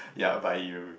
ya but you